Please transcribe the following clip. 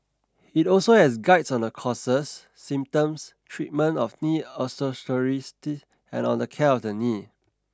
it also has guides on the causes symptoms treatment of knee osteoarthritis and on the care of the knee